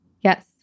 Yes